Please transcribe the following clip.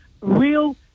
real